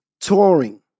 Touring